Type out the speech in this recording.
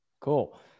Cool